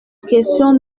question